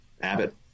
Abbott